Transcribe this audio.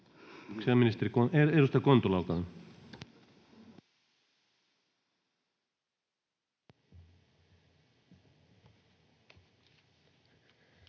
Kiitos,